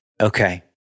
Okay